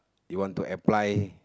you want to apply